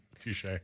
Touche